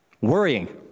Worrying